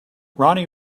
ronnie